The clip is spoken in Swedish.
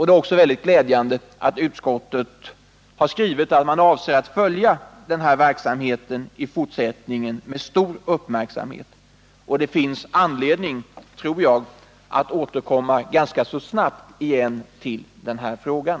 Det är också mycket glädjande att utskottet skrivit att man avser att med uppmärksamhet följa den fortsatta förhandlingsverksamheten. Det finns anledning, tror jag, att ganska snart återkomma till den här frågan.